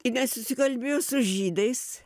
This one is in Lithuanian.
jinai susikalbėjo su žydais